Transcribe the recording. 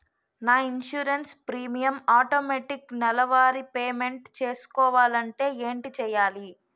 నా insurance premium automatic నెలవారి payment చేసుకోవాలంటే ఏంటి చేయాలి?